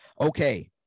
Okay